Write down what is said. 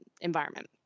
environment